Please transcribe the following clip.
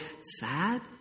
Sad